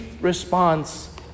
response